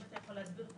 האם אתה יכול להסביר?